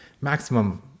maximum